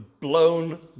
blown